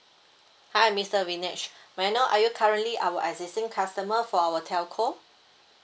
hi mister niknesh may I know are you currently our existing customer for our telco